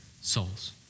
souls